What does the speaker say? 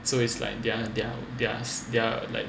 so it's like they're they're they're like